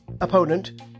opponent